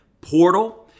portal